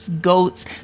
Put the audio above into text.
goats